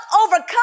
overcome